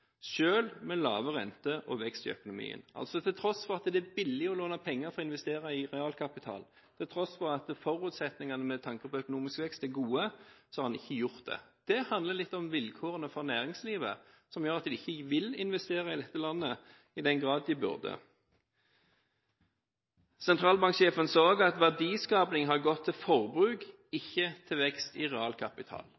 med lave renter og vekst i økonomien. Til tross for at det er billig å låne penger for å investere i realkapital, og til tross for at forutsetningene med tanke på økonomisk vekst er gode, har en ikke gjort det. Det handler litt om vilkårene for næringslivet, som gjør at de ikke vil investere i dette landet i den grad de burde. Sentralbanksjefen sa òg at verdiskapning har gått til forbruk